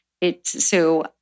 it's—so